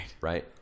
Right